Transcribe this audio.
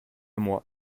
moi